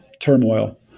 turmoil